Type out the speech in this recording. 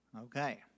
Okay